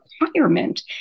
requirement